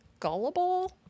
Gullible